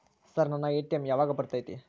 Sir ನನ್ನ ATM ಯಾವಾಗ ಬರತೈತಿ?